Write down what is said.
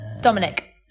Dominic